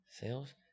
sales